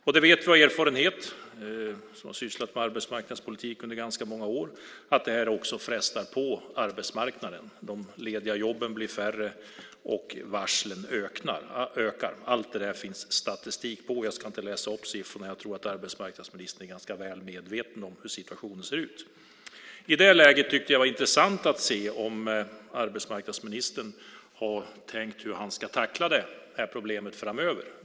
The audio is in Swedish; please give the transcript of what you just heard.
Vi som har sysslat med arbetsmarknadspolitik under ganska många år vet av erfarenhet att det också frestar på arbetsmarknaden. De lediga jobben blir färre och varslen ökar. Det finns statistik på allt det där. Jag ska inte läsa upp siffrorna. Jag tror att arbetsmarknadsministern är ganska väl medveten om hur situationen ser ut. I det här läget tyckte jag att det var intressant att se om arbetsmarknadsministern har tänkt hur han ska tackla problemet framöver.